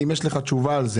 אם יש לך תשובה על זה?